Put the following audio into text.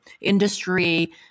industry